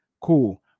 Cool